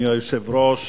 אדוני היושב-ראש,